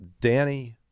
Danny